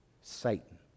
Satan